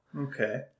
Okay